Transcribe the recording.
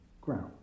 ground